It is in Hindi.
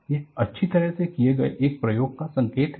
यह अच्छी तरह से किए गए एक प्रयोग का संकेत है